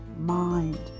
mind